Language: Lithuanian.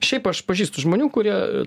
šiaip aš pažįstu žmonių kurie